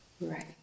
Right